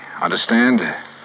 understand